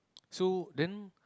so then